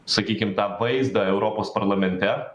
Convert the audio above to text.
sakykim tą vaizdą europos parlamente